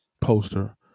poster